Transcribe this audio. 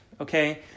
okay